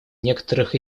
некоторых